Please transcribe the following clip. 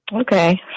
Okay